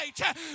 right